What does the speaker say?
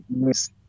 yes